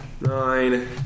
Nine